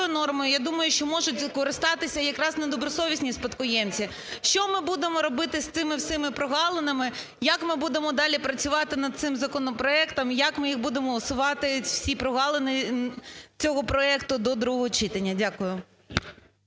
нормою, я думаю, що можуть скористатися якраз недобросовісні спадкоємці. Що ми будемо робити з цими всіма прогалинами? Як ми будемо далі працювати над цим законопроектом? Як ми їх будемо усувати всі прогалини цього проекту до другого читання? Дякую.